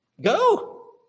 Go